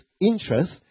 interest